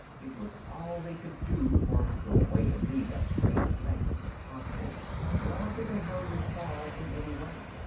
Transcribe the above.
it was all they could do, for to go away and leave that strange sight was impossible nor could they hurry its fall in any way.